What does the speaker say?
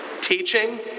Teaching